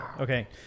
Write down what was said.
Okay